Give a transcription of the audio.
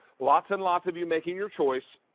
lots and lots of you making your choice.